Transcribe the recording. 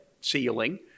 ceiling